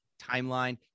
timeline